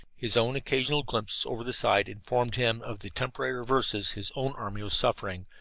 his own occasional glimpses over the side informed him of the temporary reverses his own army was suffering,